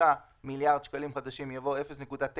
מיליארד שקלים חדשים" יבוא "12.2